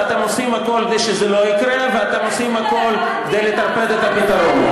ואתם עושים הכול כדי שזה לא יקרה ואתם עושים הכול כדי לטרפד את הפתרון.